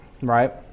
right